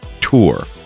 tour